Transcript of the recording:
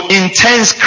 intense